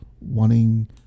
wanting